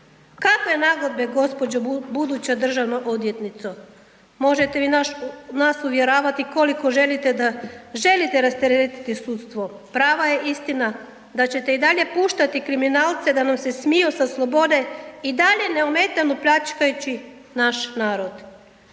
Kakve nagodbe, gđo. buduća državna odvjetnico? Možete vi nas uvjeravati koliko želite da želite rasteretiti sudstvo, prava je istina da ćete i dalje puštati kriminalce da nam se smiju sa slobode i dalje neometano pljačkajući naš narod.